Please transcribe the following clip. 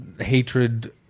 hatred